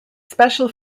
special